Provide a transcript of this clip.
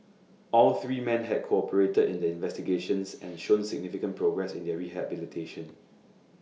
all three man had cooperated in the investigations and shown significant progress in their rehabilitation